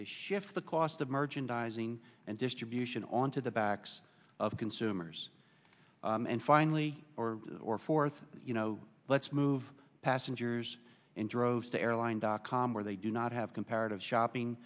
is shift the cost of diving and distribution on to the backs of consumers and finally or or fourth you know let's move passengers in droves to airline dot com where they do not have comparative shopping